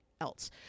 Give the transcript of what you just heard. else